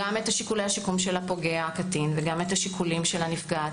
גם את השיקול של הפוגע הקטין וגם של הנפגעת.